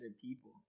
people